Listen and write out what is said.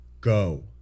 go